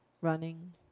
running